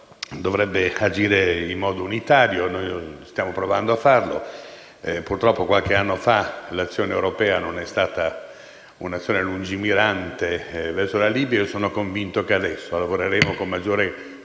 dovrebbe agire in modo unitario e noi stiamo provando a farlo. Purtroppo, qualche anno fa l'azione europea non è stata un'azione lungimirante verso la Libia e sono convinto che adesso lavoreremo con maggiore